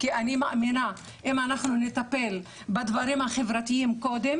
כי אני מאמינה שאם אנחנו נטפל בדברים החברתיים קודם